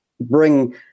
bring